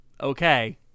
Okay